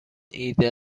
ایده